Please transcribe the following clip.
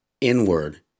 inward